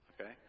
okay